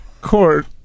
Court